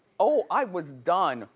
oh, i was done.